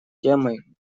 темой